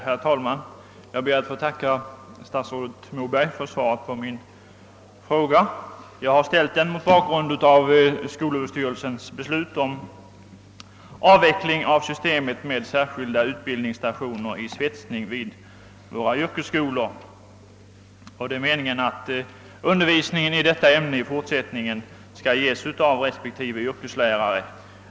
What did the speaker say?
Herr talman! Jag ber att få tacka statsrådet Moberg för svaret på min fråga. Jag har ställt den mot bakgrunden av skolöverstyrelsens beslut om avveckling av systemet med särskilda utbildningsstationer i svetsning vid våra yrkesskolor. Enligt detta beslut är det meningen att undervisning i detta ämne i fortsättningen skall ges av respektive yrkeslärare.